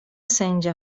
sędzia